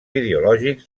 ideològics